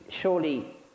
Surely